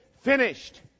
finished